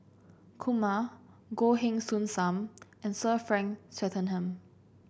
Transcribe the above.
Kumar Goh Heng Soon Sam and Sir Frank Swettenham